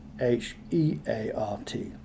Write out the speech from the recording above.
H-E-A-R-T